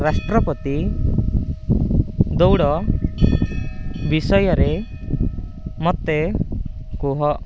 ରାଷ୍ଟ୍ରପତି ଦୌଡ଼ ବିଷୟରେ ମୋତେ କୁହ